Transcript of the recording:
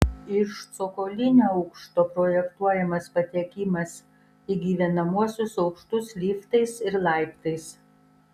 iš cokolinio aukšto projektuojamas patekimas į gyvenamuosius aukštus liftais ir laiptais